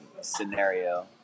scenario